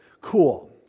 cool